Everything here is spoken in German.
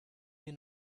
wir